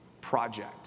project